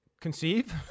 Conceive